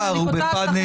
טלי, אני באמת מסתדר.